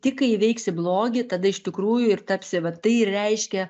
tik kai įveiksi blogį tada iš tikrųjų ir tapsi vat tai ir reiškia